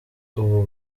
ubu